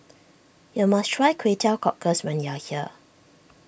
you must try Kway Teow Cockles when you are here